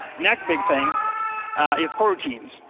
next big thing is coroutines.